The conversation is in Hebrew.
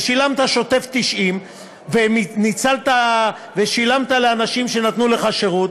ושילמת שוטף פלוס 90 ושילמת לאנשים שנתנו לך שירות.